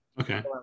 Okay